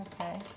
Okay